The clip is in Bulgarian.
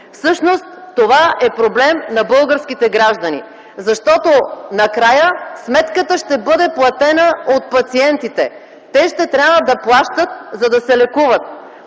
Всъщност това е проблем на българските граждани. Защото накрая сметката ще бъде платена от пациентите. Те ще трябва да плащат, за да се лекуват